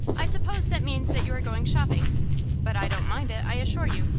i suppose that means that you are going shopping but i don't mind it, i assure you,